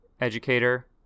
educator